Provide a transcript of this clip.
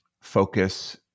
focus